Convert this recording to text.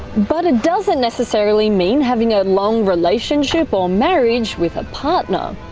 but it doesn't necessarily mean having a long relationship or marriage with a partner.